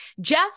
Jeff